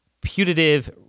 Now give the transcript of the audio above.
putative